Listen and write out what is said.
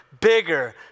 bigger